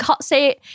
say